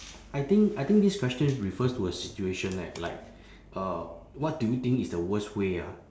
I think I think this question refers to a situation like like uh what do you think is the worst way ah